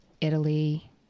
Italy